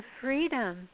freedom